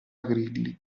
grilli